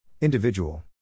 Individual